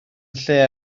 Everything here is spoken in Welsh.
lle